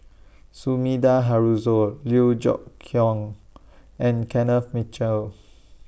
Sumida Haruzo Liew Geok Leong and Kenneth Mitchell